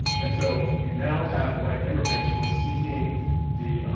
and so, you now have white immigrants who are seeking the